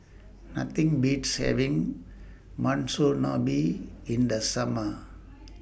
Nothing Beats having Monsunabe in The Summer